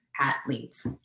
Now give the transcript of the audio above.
athletes